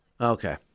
Okay